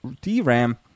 DRAM